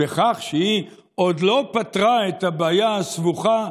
בכך שהיא עוד לא פתרה את הבעיה הסבוכה,